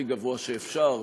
הכי גבוה שאפשר,